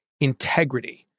integrity